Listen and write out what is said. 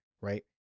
right